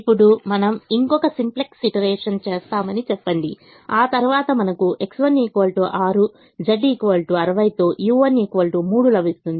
ఇప్పుడు మనం ఇంకొక సింప్లెక్స్ ఈటరేషన్ చేస్తామని చెప్పండి ఆ తరువాత మనకు X1 6 Z 60 తో u1 3 లభిస్తుంది